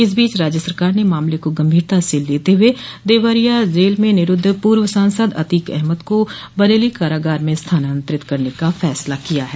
इस बीच राज्य सरकार ने मामले को गंभीरता से लेते हुए देवरिया जेल में निरूद्व पूर्व सांसद अतीक़ अहमद को बरेली काराग़ार में स्थानान्तरित करने का फ़ैसला किया है